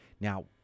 Now